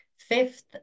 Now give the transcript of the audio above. Fifth